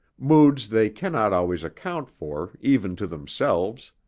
moods they cannot always account for even to themselves.